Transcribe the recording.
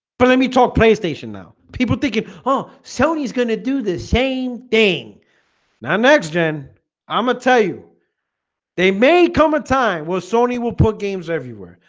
but let me talk playstation now people thinking oh sony's gonna do the same thing now next-gen i'ma tell you they may come a time where sony will put games everywhere,